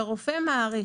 והרופא מעריך.